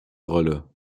rolle